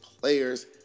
players